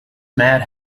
mad